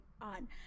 on